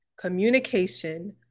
communication